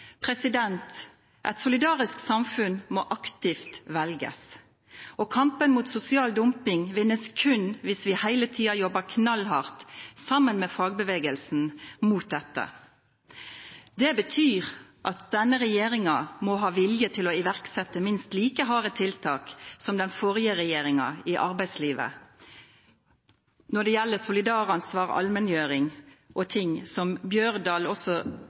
Et solidarisk samfunn må aktivt velges, og kampen mot sosial dumping vinnes kun hvis vi hele tiden jobber knallhardt sammen med fagbevegelsen mot dette. Det betyr at denne regjeringen må ha vilje til å iverksette minst like harde tiltak som den forrige regjeringen hadde i arbeidslivet når det gjelder solidaransvar, allmenngjøring, slik representanten Holen Bjørdal også